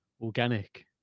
organic